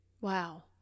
Wow